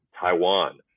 Taiwan